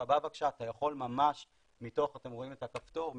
אתם רואים את הכפתור?